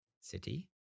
city